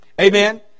Amen